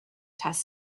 test